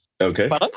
Okay